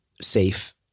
safe